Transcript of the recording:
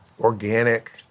organic